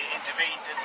intervened